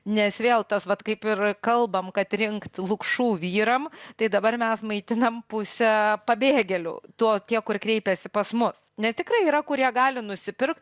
nes vėl tas vat kaip ir kalbam kad rinkt lukšų vyram tai dabar mes maitinam pusę pabėgėlių tuo tie kur kreipiasi pas mus nes tikrai yra kurie gali nusipirkt